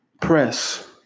Press